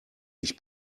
ich